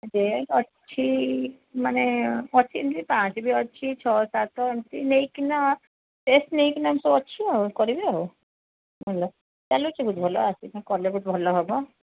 rate ଅଛି ମାନେ ଅଛି ଏମିତି ପାଞ୍ଚ ବି ଅଛି ଛଅ ସାତ ଏମିତି ନେଇକିନା ଟେଷ୍ଟ୍ ନେଇକିନା ଏମିତି ସବୁ ଅଛି ଆଉ କରିବେ ଆଉ ବୁଝିଲ ଚାଲୁଛି ବହୁତ ଭଲ ଆସିନେ କଲେ ବହୁତ ଭଲ ହେବ